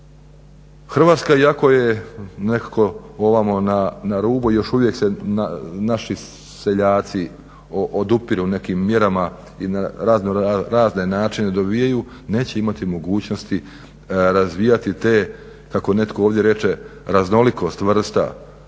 nekako ovamo na rubu još uvijek se naši seljaci odupiru nekim mjerama i na raznorazne načine dobivaju, neće imati mogućnosti razvijati te, kako netko ovdje reče raznolikost